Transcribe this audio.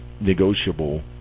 negotiable